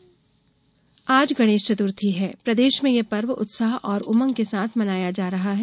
गणेश चतुर्थी आज गणेश चतुर्थी है प्रदेश में यह पर्व उत्साह और उमंग के साथ मनाया जा रहा है